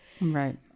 Right